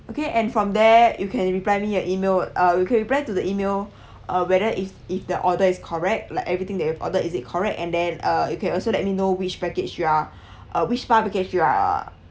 okay and from there you can reply me a email uh you can reply to the email uh whether if if the order is correct like everything that you've order is it correct and then uh you can also let me know which package you are uh which spa package you are